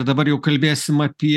dabar jau kalbėsim apie